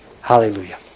Hallelujah